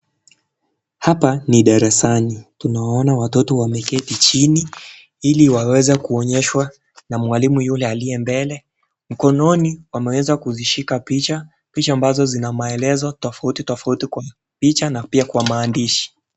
Hapa ni darasani, tunawaona watoto wameketi chini ili waweze kuonyeshwa na mwalimu yule aliye mbele. Mkononi wameweza kuzishika picha, picha ambazo zina maelezo tofautitofauti kwa picha na pia kwa maandishi.